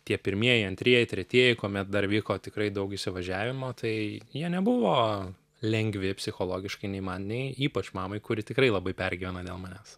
tie pirmieji antrieji tretieji kuomet dar vyko tikrai daug įsuvažiavimo tai jie nebuvo lengvi psichologiškai nei man nei ypač mamai kuri tikrai labai pergyvena dėl manęs